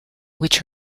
which